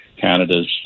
Canada's